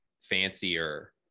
fancier